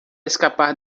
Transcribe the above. escapar